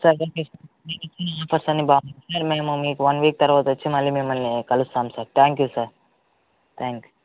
sir బాగున్నాయి sir మేము మీకు వన్ వీక్ తర్వాత వచ్చి మళ్ళీ మిమ్మల్ని కలుస్తాం sir thank you sir thank you